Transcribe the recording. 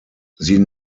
sie